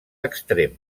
extrem